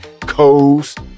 Coast